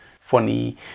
Funny